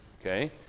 Okay